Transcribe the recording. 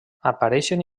apareixen